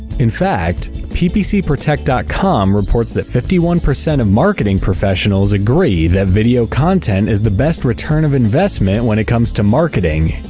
in fact, ppcprotect dot com reports that fifty one percent of marketing professionals agree that video content is the return of investment when it comes to marketing.